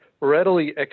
readily